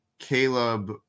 Caleb